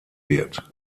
wird